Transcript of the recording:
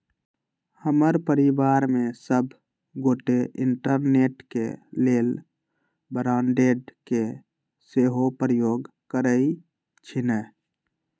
हमर परिवार में सभ गोटे इंटरनेट के लेल ब्रॉडबैंड के सेहो प्रयोग करइ छिन्ह